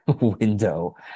Window